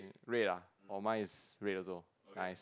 red ah oh mine is red also nice